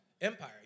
Empire